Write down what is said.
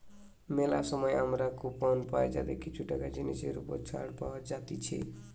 মেলা সময় আমরা কুপন পাই যাতে কিছু টাকা জিনিসের ওপর ছাড় পাওয়া যাতিছে